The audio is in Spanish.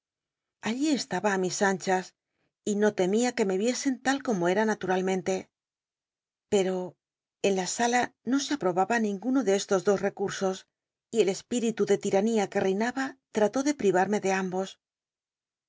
allí estaba á mis anchas y no tcuaia que me iesen tal como era naturalmente pero en la sala no se aprobaba ninguno de estos dos ecmsos y el espíritu de tiranía que cinaha lrató de piarme de ambos